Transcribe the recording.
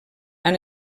han